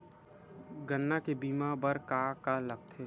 गन्ना के बीमा बर का का लगथे?